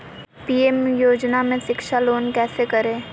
PM योजना में शिक्षा लोन कैसे करें?